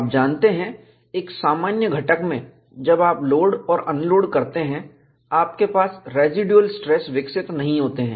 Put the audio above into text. आप जानते हैं एक सामान्य घटक में जब आप लोड और अनलोड करते हैं आपके पास रेसीडुएल स्ट्रेस विकसित नहीं होते हैं